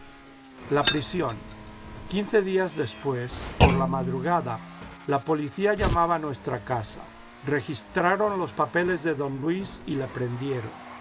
la prisión quince días después por la madrugada la policía llamaba en nuestra casa registraron los papeles de don luis y le prendieron